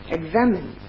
examine